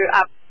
up